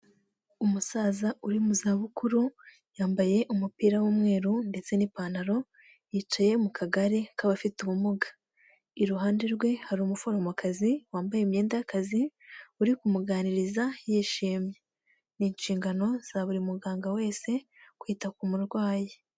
Umusaza uri mu zabukuru yambaye umupira w'umweru ndetse n'ipantaro yicaye mu kagare k'abafite ubumuga. Iruhande rwe hari umuforomokazi wambaye imyenda y'akazi uri kumuganiriza yishimye. Ni inshingano za buri muganga wese kwita ku murwayi.